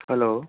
hello